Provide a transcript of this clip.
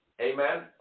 Amen